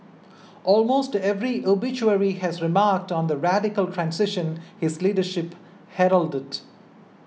almost every obituary has remarked on the radical transition his leadership heralded